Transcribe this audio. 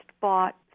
bought